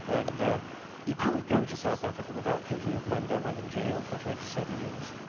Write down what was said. and you can't go to south africa without thinking of mandela in jail for twenty seven years.